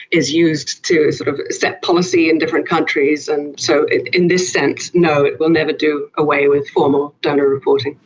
is used to sort of set policy in different countries, and so in this sense, no, it will never do away with formal donor reporting.